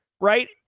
right